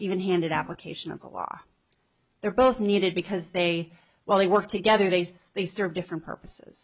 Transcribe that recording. even handed application of the law they're both needed because they while they work together they sed they serve different purposes